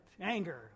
anger